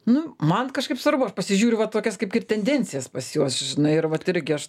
nu man kažkaip svarbu aš pasižiūriu va tokias kaip ir tendencijas pas juos žinai ir vat irgi aš